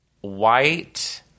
white